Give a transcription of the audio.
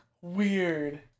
Weird